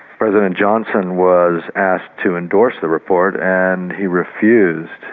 president johnson was asked to endorse the report and he refused,